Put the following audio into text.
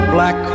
Black